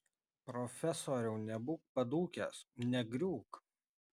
profesoriau nebūk padūkęs negriūk